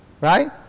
Right